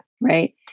right